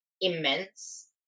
immense